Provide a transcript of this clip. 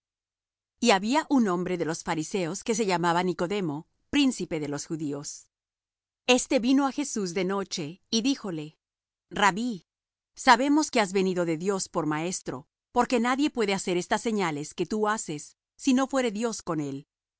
y habia un hombre de los fariseos que se llamaba nicodemo príncipe de los judíos este vino á jesús de noche y díjole rabbí sabemos que has venido de dios por maestro porque nadie puede hacer estas señales que tú haces si no fuere dios con él